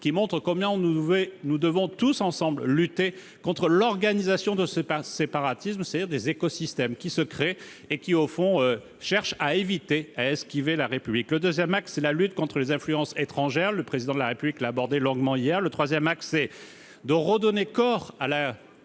démontre combien nous devons, tous ensemble, lutter contre l'organisation de ce séparatisme, c'est-à-dire contre les écosystèmes qui se créent et qui, au fond, cherchent à éviter, à esquiver la République. Le deuxième axe de ce plan, c'est la lutte contre les influences étrangères ; le Président de la République l'a abordé longuement hier. Le troisième axe consiste à redonner corps à la